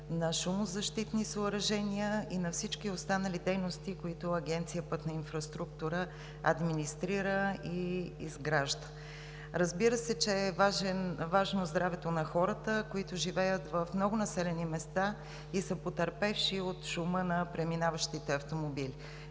на шумозащитни съоръжения и на всички останали дейности, които Агенция „Пътна инфраструктура“ администрира и изгражда. Разбира се, че е важно здравето на хората, които живеят в много населени места и са потърпевши от шума на преминаващите автомобили.